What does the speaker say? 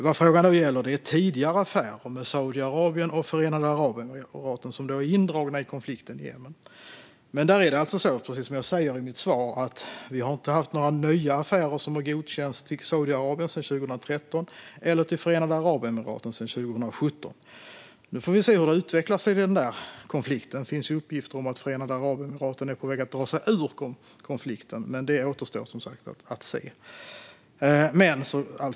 Vad frågan gäller är tidigare affärer med Saudiarabien och Förenade Arabemiraten, som alltså är indragna i konflikten med Jemen. Men där är det alltså så, precis som jag sa i mitt svar, att det inte har godkänts några nya affärer med Saudiarabien sedan 2013 eller med Förenade Arabemiraten sedan 2017. Nu får vi se hur konflikten utvecklar sig - det finns uppgifter om att Förenade Arabemiraten är på väg att dra sig ur den, men det återstår som sagt att se.